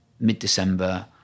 mid-december